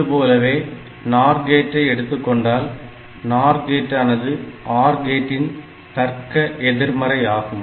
இதுபோலவே NOR கேட்டை எடுத்துக்கொண்டால் NOR கேட்டானது OR கேட்டின் தர்க்க எதிர்மறை ஆகும்